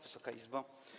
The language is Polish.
Wysoka Izbo!